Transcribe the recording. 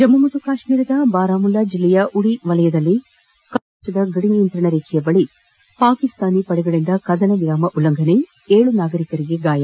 ಜಮ್ಮು ಮತ್ತು ಕಾಶ್ಮೀರದ ಬಾರಾಮುಲ್ಲಾ ಜಿಲ್ಲೆಯ ಉರಿ ವಲಯದಲ್ಲಿ ಕಮಲ್ಕೋಚ್ ಪ್ರದೇಶದ ಗದಿ ನಿಯಂತ್ರಣ ರೇಖೆಯ ಬಳಿ ಪಾಕಿಸ್ತಾನ ಪಡೆಗಳಿಂದ ಕದನ ವಿರಾಮ ಉಲ್ಲಂಘನೆ ಏಳು ನಾಗರಿಕರಿಗೆ ಗಾಯ